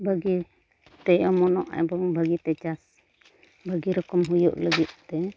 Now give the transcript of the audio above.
ᱵᱷᱟᱜᱮ ᱛᱮ ᱚᱢᱚᱱᱚᱜ ᱮᱵᱚᱝ ᱵᱷᱟᱜ ᱛᱮ ᱪᱟᱥ ᱵᱷᱟᱜᱮ ᱨᱚᱠᱚᱢ ᱦᱩᱭᱩᱜ ᱞᱟᱹᱜᱤᱫ ᱛᱮ